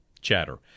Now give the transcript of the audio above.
chatter